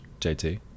JT